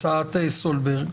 הצעת סולברג